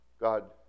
God